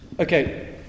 Okay